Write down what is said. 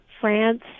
France